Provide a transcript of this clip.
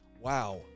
wow